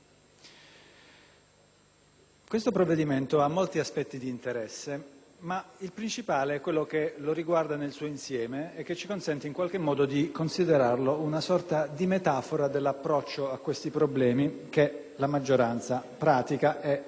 ma il principale è quello che lo riguarda nel suo insieme e che ci consente in qualche modo di considerarlo una sorta di metafora dell'approccio a questi problemi che la maggioranza pratica e che temo intenda praticare nel seguito della legislatura.